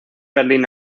berlín